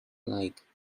like